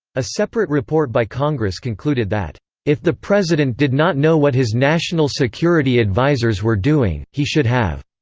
a separate report by congress concluded that if the president did not know what his national security advisers were doing, he should have.